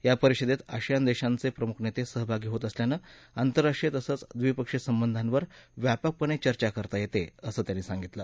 या परिषदेत आसियान देशांचे प्रमुख नेते सहभागी होत असल्यानं आंतरराष्ट्रीय तसंच ड्रीपक्षीय संबधावर व्यापकपणे चर्चा करता येते असंही त्यांनी सांगितलं